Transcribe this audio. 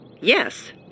yes